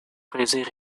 freezing